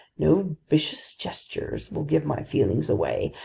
no vicious gestures will give my feelings away,